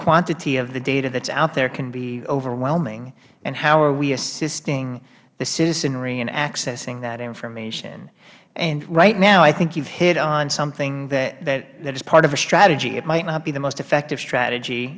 quantity of the data that is out there can be overwhelming and how are we assisting the citizenry in accessing that information and right now i think you have hit on something that is part of a strategy it might not be the most effective strategy